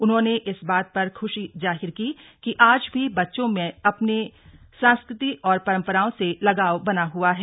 उन्होंने इस बात पर खुशी जाहिर की कि आज भी बच्चों में अपनी संस्कृति और परम्पराओं से लगाव बना हुआ है